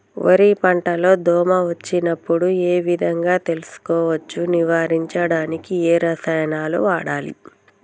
వరి పంట లో దోమ వచ్చినప్పుడు ఏ విధంగా తెలుసుకోవచ్చు? నివారించడానికి ఏ రసాయనాలు వాడాలి?